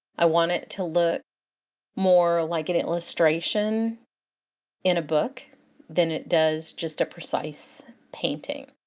i want it to look more like an illustration in a book than it does just a precise painting.